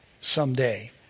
someday